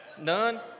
None